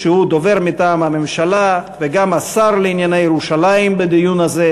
שהוא דובר מטעם הממשלה וגם השר לענייני ירושלים בדיון הזה,